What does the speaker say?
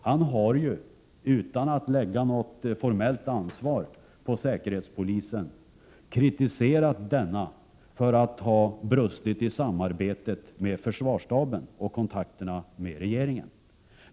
Han har, utan att lägga något formellt ansvar på säkerhetspolisen, kritiserat denna för att ha brustit i samarbetet med försvarsstaben och kontakterna med regeringen.